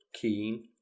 keen